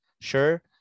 Sure